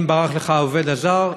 אם ברח לך העובד הזר,